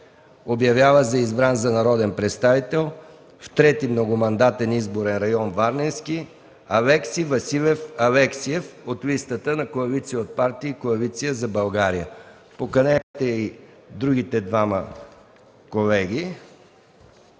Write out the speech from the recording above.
Обявява за избран за народен представител в 3. многомандатен изборен район Варненски, Алекси Василев Алексиев, от листата на Коалиция от партии „Коалиция за България”.” Моля, квесторите, поканете колегите